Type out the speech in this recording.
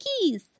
Keys